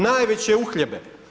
Najveće uhljebe.